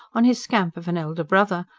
on his scamp of an elder brother,